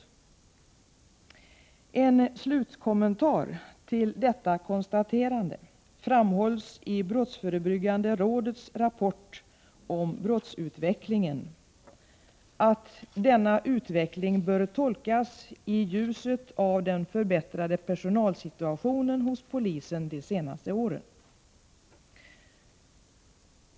Som en slutkommentar till detta konstaterande framhålls i brottsförebyggande rådets rapport om brottsutvecklingen att denna utveckling bör tolkas i ljuset av den förbättrade personalsituationen hos polisen de senaste åren.